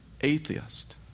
atheist